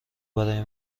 برای